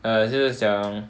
err 就是讲